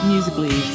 Musically